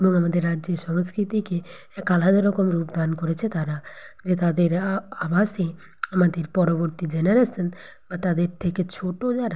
এবং আমাদের রাজ্যের সংস্কৃতিকে এক আলাদা রকম রূপ দান করেছে তারা যে তাদের আভাসে আমাদের পরবর্তী জেনারেশান বা তাদের থেকে ছোট যারা